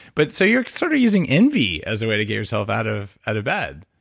but so you're sort of using envy as a way to get yourself out of out of bed?